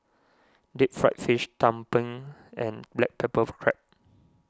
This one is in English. Deep Fried Fish Tumpeng and Black Pepper Crab